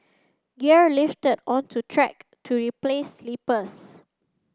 gear lifted unto track to replace sleepers